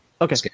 Okay